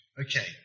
Okay